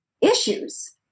issues